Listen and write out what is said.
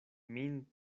min